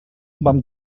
vam